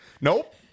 Nope